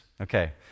Okay